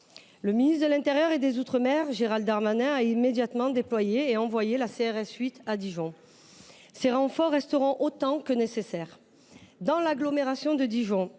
Le ministre de l’intérieur et des outre mer, Gérald Darmanin, a immédiatement envoyé et déployé la CRS 8 à Dijon. Ces renforts resteront autant de temps que nécessaire. Dans l’agglomération de Dijon,